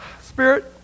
spirit